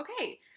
okay